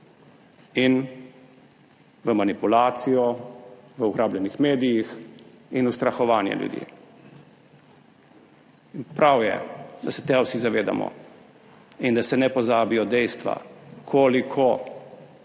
in v manipulacijo v ugrabljenih medijih in ustrahovanje ljudi. In prav je, da se tega vsi zavedamo in da se ne pozabijo dejstva, koliko